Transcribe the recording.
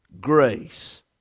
grace